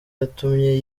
yatumye